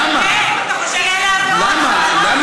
למה?